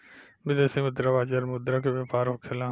विदेशी मुद्रा बाजार में मुद्रा के व्यापार होखेला